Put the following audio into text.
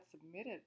submitted